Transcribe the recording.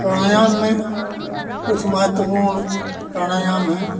प्राणायाम में कुछ महत्त्वपूर्ण प्राणायाम हैं